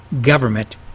government